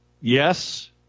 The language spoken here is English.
yes